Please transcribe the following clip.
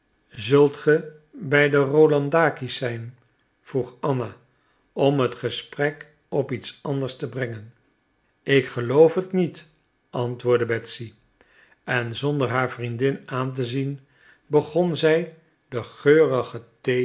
zult ge bij de rolandaky's zijn vroeg anna om het gesprek op iets anders te brengen ik geloof het niet antwoordde betsy en zonder haar vriendin aan te zien begon zij de geurige